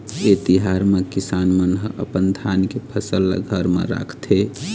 ए तिहार म किसान मन ह अपन धान के फसल ल घर म राखथे